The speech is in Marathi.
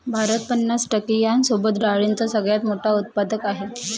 भारत पन्नास टक्के यांसोबत डाळींचा सगळ्यात मोठा उत्पादक आहे